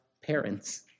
parents